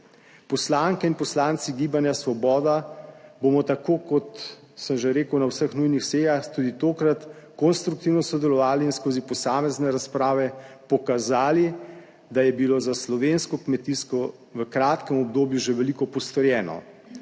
Poslanke in poslanci Gibanja Svoboda bomo tako kot sem že rekel, na vseh nujnih sejah tudi tokrat konstruktivno sodelovali in skozi posamezne razprave pokazali, da je bilo za slovensko kmetijstvo v kratkem obdobju že veliko postorjeno